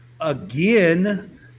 again